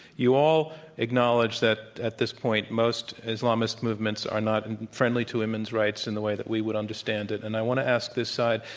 you all acknowledge that, at this point, most islamist movements are not friendly to women's rights in the way that we would understand it. and i want to ask this side,